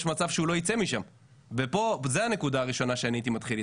יש מצב שהוא לא יצא משם וזו הנקודה הראשונה שהייתי מתחיל איתה.